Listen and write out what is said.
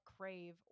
crave